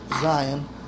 Zion